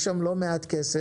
יש שם לא מעט כסף.